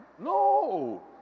No